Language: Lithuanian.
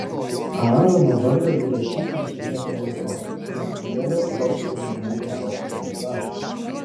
aarono vardą įrašyk ant levio lazdos nes ir levio protėvių namų galva turės lazdą